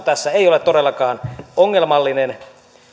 tässä ei ole todellakaan ongelmallinen